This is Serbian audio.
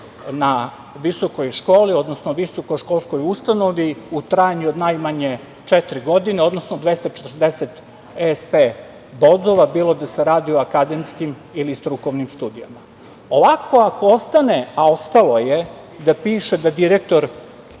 na visokoj školi, odnosno visoko školskoj ustanovi u trajanju od najmanje četiri godine, odnosno 240 ESP bodova, bilo da se radi o akademskim ili strukovnim studijama. Ovako ako ostane, a ostalo je, da piše da direktor